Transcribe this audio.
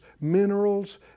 minerals